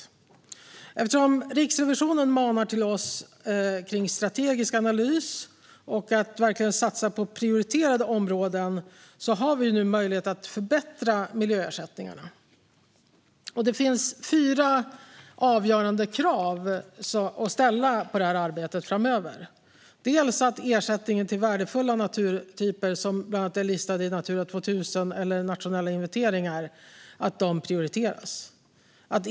Eftersom Riksrevisionen manar oss till strategisk analys och att verkligen satsa på prioriterade områden har vi nu möjlighet att förbättra miljöersättningarna. Det finns fyra avgörande krav att ställa på arbetet framöver. Ersättningen till värdefulla naturtyper som bland annat är listade i Natura 2000 eller i nationella inventeringar ska prioriteras.